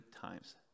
times